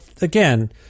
again